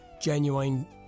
genuine